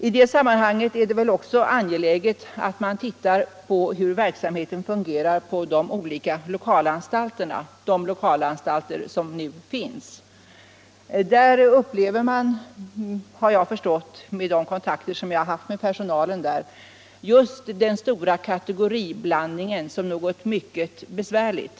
I det sammanhanget är det också angeläget att titta på hur verksamheten fungerar på de olika lokalanstalterna — de lokalanstalter som nu finns. Där upplever man, har jag förstått genom de kontakter jag har haft med personalen, just den stora kategoriblandningen som något mycket besvärligt.